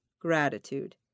gratitude